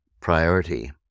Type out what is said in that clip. priority